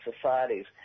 societies